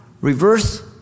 Reverse